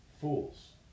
Fools